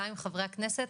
גם עם חברי הכנסת